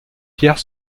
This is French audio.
pierre